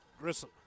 Grissom